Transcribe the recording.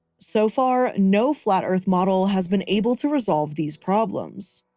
so far no flat earth model has been able to resolve these problems.